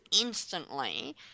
instantly